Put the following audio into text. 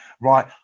right